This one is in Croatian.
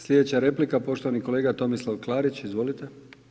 Sljedeća replika poštovani kolega Tomislav Klarić, izvolite.